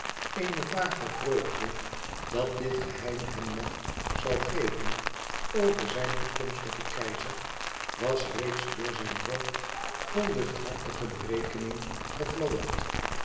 eene vage vreugde dat dit geheim hem macht zoû geven over zijn toekomstigen keizer was reeds door zijn hoofd vol luchthartige berekening